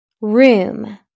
Room